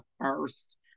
first